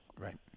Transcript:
Right